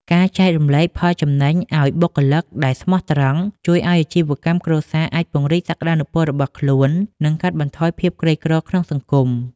ការចែករំលែកផលចំណេញទៅឱ្យបុគ្គលិកដែលស្មោះត្រង់ ជួយឱ្យអាជីវកម្មគ្រួសារអាចពង្រីកសក្ដានុពលរបស់ខ្លួន និងកាត់បន្ថយភាពក្រីក្រក្នុងសង្គម។